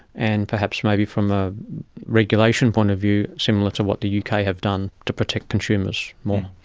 and perhaps maybe from a regulation point of view similar to what the uk ah have done to protect consumers more.